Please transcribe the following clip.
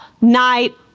night